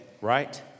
right